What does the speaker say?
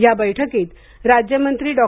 या बैठकीत राज्यमंत्री डॉ